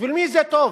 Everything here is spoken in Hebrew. בשביל מי זה טוב?